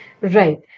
Right